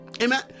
Amen